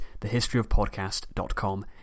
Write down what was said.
thehistoryofpodcast.com